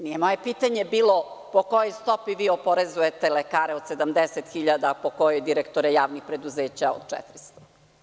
Nije moje pitanje bilo – po kojoj stopi vi oporezujete lekare od 75.000, a po kojoj direktore javnih preduzeća od 400.000?